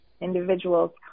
individuals